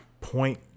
point